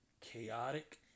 chaotic